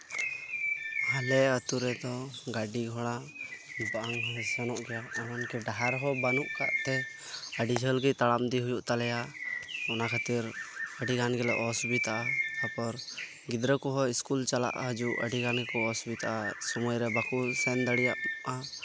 ᱟᱞᱮ ᱟᱹᱛᱩ ᱨᱮᱫᱚ ᱜᱟᱹᱰᱤ ᱜᱷᱚᱲᱟ ᱵᱟᱝ ᱥᱮᱱᱟᱜ ᱜᱮᱭᱟ ᱤᱱᱠᱟᱹ ᱰᱟᱦᱟᱨ ᱦᱚᱸ ᱵᱟᱹᱱᱩᱜ ᱠᱟᱜ ᱛᱮ ᱟᱹᱰᱤ ᱡᱷᱟᱹᱞ ᱜᱮ ᱛᱟᱲᱟᱢ ᱤᱫᱤ ᱦᱩᱭᱩᱜ ᱛᱟᱞᱮᱭᱟ ᱚᱱᱟ ᱠᱷᱟᱛᱤᱨ ᱟᱹᱰᱤ ᱜᱟᱱ ᱜᱮᱞᱮ ᱚᱥᱩᱵᱤᱛᱟ ᱼᱟ ᱜᱤᱫᱽᱨᱟᱹ ᱠᱚᱦᱚᱸ ᱤᱥᱠᱩᱞ ᱪᱟᱞᱟᱜ ᱦᱤᱡᱩᱜ ᱟᱹᱰᱤ ᱜᱟᱱ ᱜᱮᱠᱚ ᱚᱥᱩᱵᱤᱛᱟᱜᱼᱟ ᱥᱚᱢᱚᱭ ᱨᱮ ᱵᱟᱠᱚ ᱥᱮᱱ ᱫᱟᱲᱮᱭᱟᱜᱼᱟ